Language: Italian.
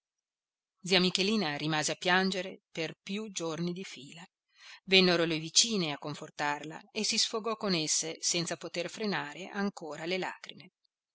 zia michelina rimase a piangere per più giorni di fila l'uomo solo luigi pirandello vennero le vicine a confortarla e si sfogò con esse senza poter frenare ancora le lagrime